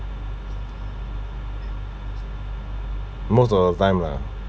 most of the time lah